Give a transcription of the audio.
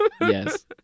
Yes